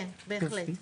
כן, בהחלט.